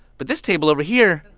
but this table over here,